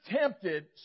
tempted